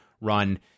run